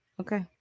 Okay